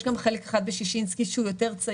יש גם חלק אחד בששינסקי שהוא צעיר,